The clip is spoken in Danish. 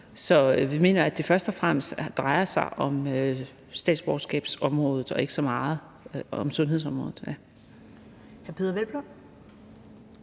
Så vi mener, at det først og fremmest drejer sig om statsborgerskabsområdet og ikke så meget om sundhedsområdet.